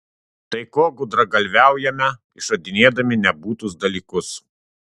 tai ko gudragalviaujame išradinėdami nebūtus dalykus